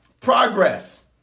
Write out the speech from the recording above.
Progress